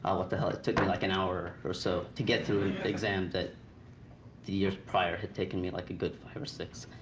um what the hell, it took me like an hour or so to get through the exam that the years prior had taken me like a good five or six.